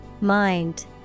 Mind